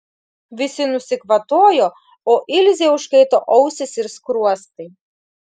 visi nusikvatojo o ilzei užkaito ausys ir skruostai